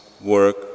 work